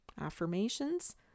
affirmations